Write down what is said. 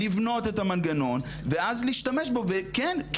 לבנות את המנגנון ואז להשתמש בו וכן,